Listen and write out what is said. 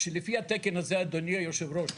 שלפי התקן הזה אדוני יושב הראש,